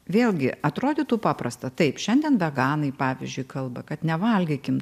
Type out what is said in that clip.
vėlgi atrodytų paprasta taip šiandien veganai pavyzdžiui kalba kad nevalgykim